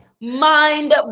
mind